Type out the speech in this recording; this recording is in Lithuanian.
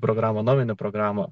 programą naują programą